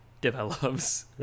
develops